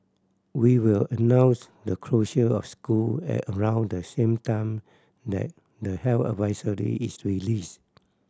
we will announce the closure of school at around the same time that the health advisory is released